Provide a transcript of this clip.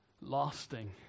lasting